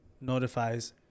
notifies